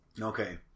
Okay